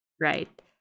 right